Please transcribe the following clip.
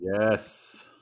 Yes